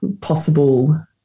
possible